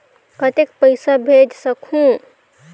कतेक पइसा भेज सकहुं?